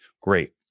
great